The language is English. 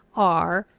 are,